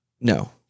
No